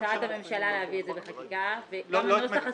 הממשלה להביא את זה בחקיקה וגם הנוסח הספציפי.